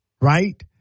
right